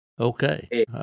Okay